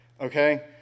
okay